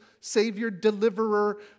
savior-deliverer